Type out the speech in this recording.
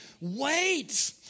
wait